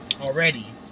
already